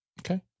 Okay